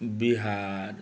Bihar